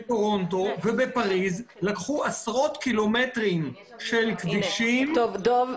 בטורונטו ובפריז לקחו עשרות קילומטרים של כבישים --- דב,